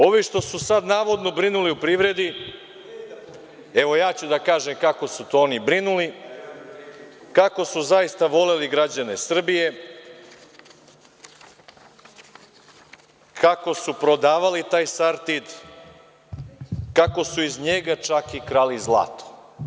Ovi što su sad, navodno, brinuli o privredi, evo ja ću da kažem kako su to oni brinuli, kako su zaista voleli građane Srbije, kako su prodavali taj „Sartid“, kako su iz njega čak i krali zlato.